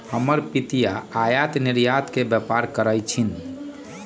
हमर पितिया आयात निर्यात के व्यापार करइ छिन्ह